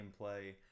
gameplay